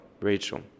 Rachel